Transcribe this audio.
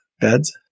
beds